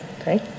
okay